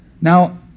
Now